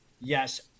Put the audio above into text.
Yes